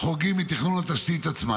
מתכנון התשתית עצמה.